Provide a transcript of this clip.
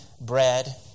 bread